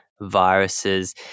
viruses